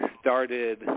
started